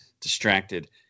distracted